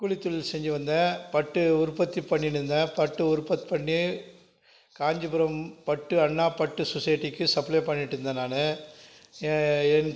கூலித்தொழில் செஞ்சு வந்தேன் பட்டு உற்பத்தி பண்ணின்னு இருந்தேன் பட்டு உற்பத்தி பண்ணி காஞ்சிபுரம் பட்டு அண்ணா பட்டு சொசைட்டிக்கு சப்ளை பண்ணிகிட்டு இருந்தேன் நான் என்